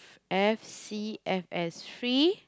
F_C F_S free